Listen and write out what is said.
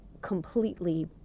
completely